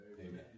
Amen